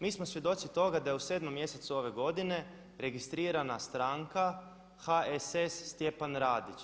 Mi smo svjedoci toga da je u 7 mjesecu ove godine registrirana stranka HSS Stjepan Radić.